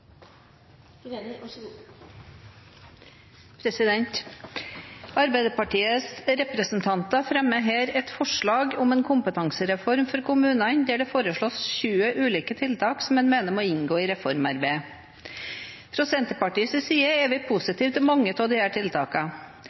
Arbeiderpartiets representanter fremmer her et forslag om en kompetansereform for kommunene, der det foreslås 20 ulike tiltak som en mener må inngå i reformarbeidet. Fra Senterpartiets side er vi positive til mange av